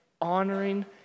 honoring